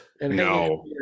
No